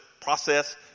process